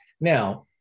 Now